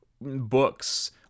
books